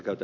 kyllä